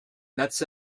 nuts